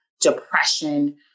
depression